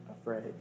afraid